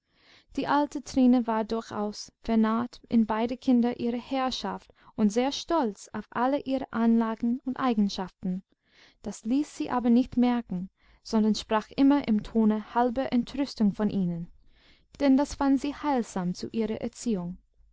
die alte trine war durchaus vernarrt in beide kinder ihrer herrschaft und sehr stolz auf alle ihre anlagen und eigenschaften das ließ sie aber nicht merken sondern sprach immer im tone halber entrüstung von ihnen denn das fand sie heilsam zu ihrer erziehung